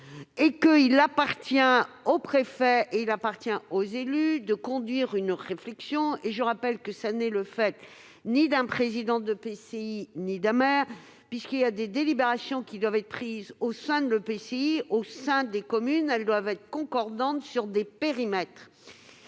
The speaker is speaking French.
Il appartient au préfet et aux élus de conduire une réflexion. Je rappelle que ce n'est le fait ni d'un président d'EPCI ni d'un maire, puisque des délibérations doivent être prises au sein de l'EPCI et des communes et qu'elles doivent être concordantes sur des périmètres.